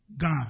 God